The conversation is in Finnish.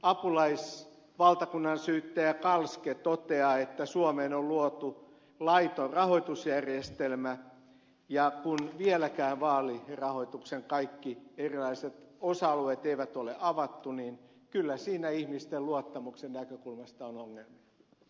ja kun apulaisvaltakunnansyyttäjä kalske toteaa että suomeen on luotu laiton rahoitusjärjestelmä ja kun vieläkään vaalirahoituksen kaikkia erilaisia osa alueita ei ole avattu niin kyllä siinä ihmisten luottamuksen näkökulmasta on ongelmia